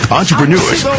entrepreneurs